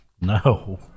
No